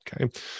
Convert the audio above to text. Okay